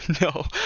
No